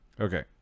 Okay